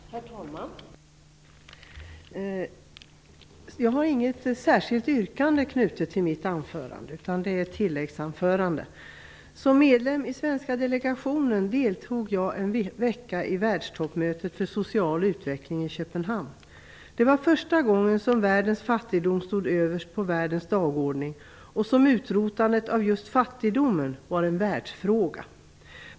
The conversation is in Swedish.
Herr talman! Jag har inget särskilt yrkande knutet till mitt anförande, utan detta är ett tillägg till mitt anförande. Som medlem i svenska delegationen deltog jag en vecka i världstoppmötet för social utveckling i Köpenhamn. Det var första gången som fattigdomen stod överst på världens dagordning, där just utrotandet av världsfattigdomen var en världsfråga.